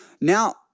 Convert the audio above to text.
now